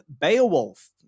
Beowulf